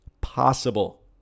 possible